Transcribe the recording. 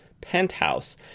penthouse